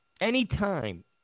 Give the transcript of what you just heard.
anytime